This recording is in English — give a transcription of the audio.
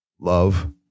Love